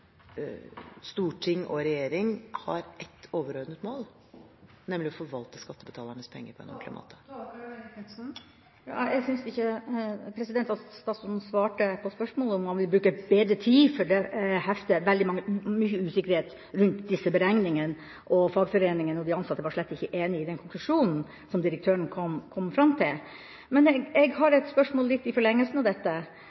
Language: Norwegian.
storting og regjering har ett overordnet mål, nemlig å forvalte skattebetalernes penger på en ordentlig måte. Jeg syns ikke at statsråden svarte på spørsmålet om man vil bruke bedre tid, for det hersker veldig mye usikkerhet rundt disse beregningene, og fagforeningene og de ansatte var slett ikke enig i den konklusjonen som direktøren kom fram til. Jeg har